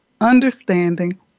understanding